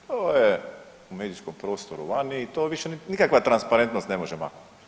To je u medijskom prostoru vani i to više nikakva transparentnost ne može maknuti.